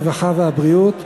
הרווחה והבריאות,